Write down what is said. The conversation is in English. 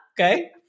okay